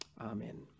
Amen